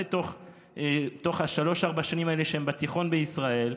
בתוך שלוש-ארבע השנים שהם בתיכון בישראל,